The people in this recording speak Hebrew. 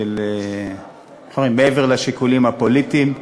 מעבר לשיקולים הפוליטיים,